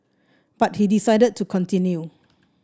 but he decided to continue